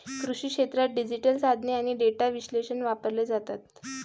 कृषी क्षेत्रात डिजिटल साधने आणि डेटा विश्लेषण वापरले जात आहे